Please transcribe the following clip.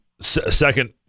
second